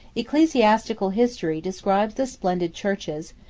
ecclesiastical history describes the splendid churches,